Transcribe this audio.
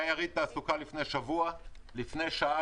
היה יריד תעסוקה לפני שבוע ולפני שעה